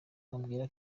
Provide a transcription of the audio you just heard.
abwira